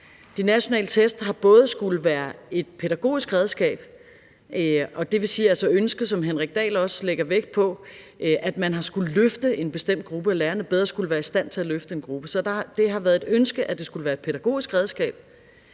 De nationale test har skullet være et pædagogisk redskab – ud fra ønsket, som hr. Henrik Dahl også lægger vægt på, om at løfte en bestemt gruppe, altså om, at lærerne bedre skulle være i stand til at løfte en gruppe. Så det har været et ønske, at det skulle være et pædagogisk redskab.